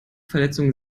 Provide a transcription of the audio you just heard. verletzungen